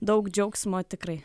daug džiaugsmo tikrai